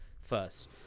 First